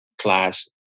class